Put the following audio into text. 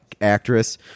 actress